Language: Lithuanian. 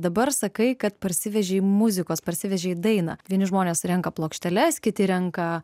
dabar sakai kad parsivežei muzikos parsivežei dainą vieni žmonės renka plokšteles kiti renka